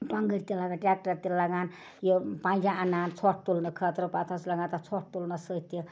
ٹۄنٛگٕر تہِ لَگان ٹیکٹَر تہِ لَگان یہِ پَنٛجہٕ اَنان ژھۄٹ تُلنہٕ خٲطرٕ پتہٕ حظ چھِ لَگان تَتھ ژھۄٹ تُلنَس سۭتۍ تہِ